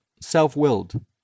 self-willed